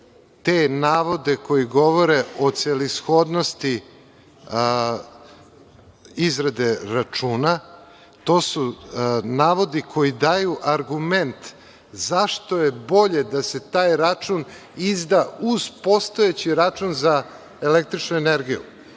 te navode koji govore o celishodnosti izrade računa. To su navodi koji daju argument zašto je bolje da se taj račun izda uz postojeći račun za električnu energiju.